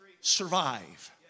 survive